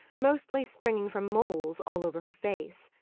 mostly springing from moles all over her face.